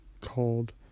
called